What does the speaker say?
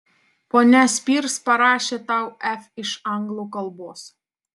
ponia spears parašė tau f iš anglų kalbos